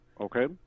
okay